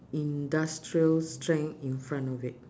industrial strength in front of it